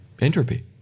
entropy